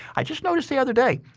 i just noticed the other day.